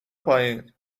پایین